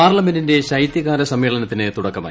പാർലമെന്റിന്റെ ശൈതൃകാല സമ്മേളനത്തിന് തുടക്കമായി